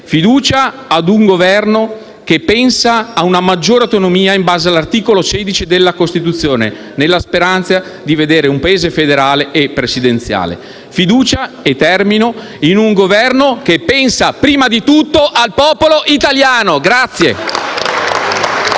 fiducia a un Governo che pensa ad una maggiore autonomia in base all'articolo 5 della Costituzione, nella speranza di vedere un Paese federale e presidenziale. Fiducia - e concludo - a un Governo che pensa prima di tutto al popolo italiano!